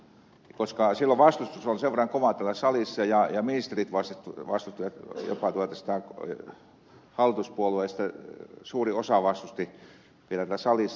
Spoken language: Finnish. silloin vastustus oli sen verran kova täällä salissa ja ministerit vastustivat jopa hallituspuolueista suuri osa vastusti vielä täällä salissa